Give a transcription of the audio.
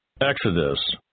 Exodus